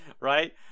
right